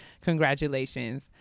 congratulations